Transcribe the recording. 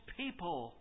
people